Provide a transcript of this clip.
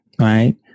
right